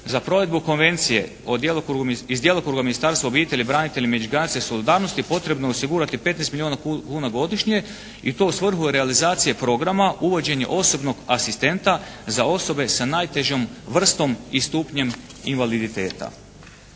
Za provedbu konvencije iz djelokruga Ministarstva obitelji, branitelja i međugeneracijske solidarnosti potrebno je osigurati 15 milijuna kuna godišnje i to u svrhu realizacije programa uvođenja osobnog asistenta za osobe sa najtežom vrstom i stupnjem invaliditeta.